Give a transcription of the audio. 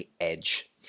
edge